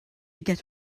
get